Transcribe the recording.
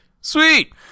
Sweet